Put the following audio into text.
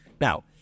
Now